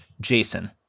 Jason